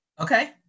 Okay